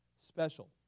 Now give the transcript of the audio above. special